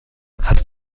hast